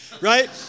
right